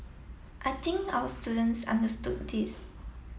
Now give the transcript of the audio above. I think our students understood this